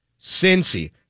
Cincy